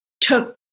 took